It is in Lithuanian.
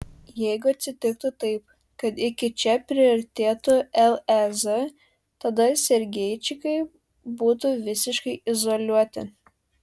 jeigu atsitiktų taip kad iki čia priartėtų lez tada sergeičikai būtų visiškai izoliuoti